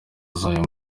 zayo